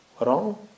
Wrong